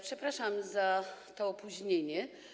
Przepraszam za to opóźnienie.